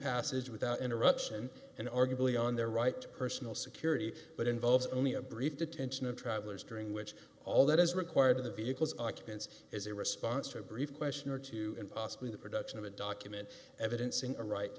passage without interruption and arguably on their right to personal security but involves only a brief detention of travelers during which all that is required of the vehicles occupants is a response to a brief question or two and possibly the production of a document evidencing a right